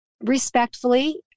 respectfully